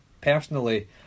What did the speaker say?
personally